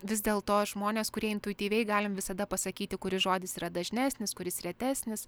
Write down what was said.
vis dėlto žmonės kurie intuityviai galim visada pasakyti kuris žodis yra dažnesnis kuris retesnis